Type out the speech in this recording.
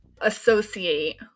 associate